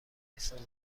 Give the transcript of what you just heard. میسازم